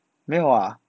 没有啊